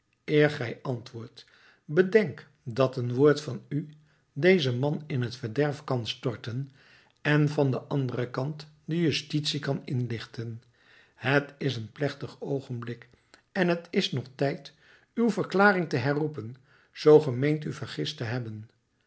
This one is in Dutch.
gij antwoordt bedenk dat een woord van u dezen man in t verderf kan storten en van den anderen kant de justitie kan inlichten het is een plechtig oogenblik en t is nog tijd uw verklaring te herroepen zoo ge meent u vergist te hebben